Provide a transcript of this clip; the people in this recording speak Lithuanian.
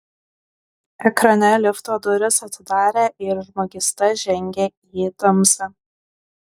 ekrane lifto durys atsidarė ir žmogysta žengė į tamsą